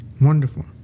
Wonderful